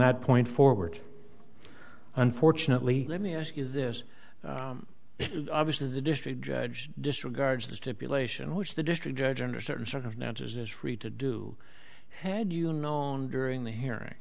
that point forward unfortunately let me ask you this obviously the district judge disregards the stipulation which the district judge under certain sort of nance's is free to do had you known during the hearing